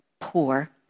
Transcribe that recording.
poor